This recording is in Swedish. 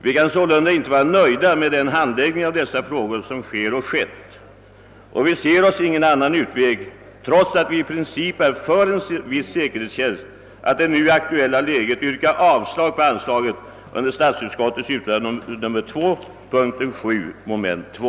Vi kan sålunda inte vara nöjda med den handläggning av dessa frågor som sker och skett. Vi ser oss ingen annan utväg, trots att vi i princip är för en viss säkerhetstjänst, än att i det aktuella läget yrka avslag på det föreslagna anslaget i statsutskottets utlåtande nr 2 punkten 7 mom, 2.